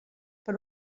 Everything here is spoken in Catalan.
per